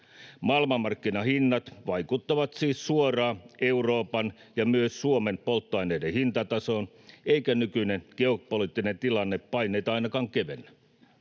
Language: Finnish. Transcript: Maailmanmarkkinahinnat vaikuttavat siis suoraan Euroopan ja myös Suomen polttoaineiden hintatasoon, eikä nykyinen geopoliittinen tilanne paineita ainakaan kevennä.